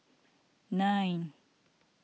nine